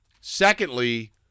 Secondly